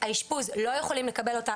האישפוז לא יכולים לקבל אותה,